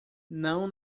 não